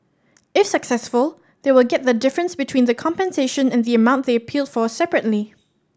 if successful they will get the difference between the compensation and the amount they appealed for separately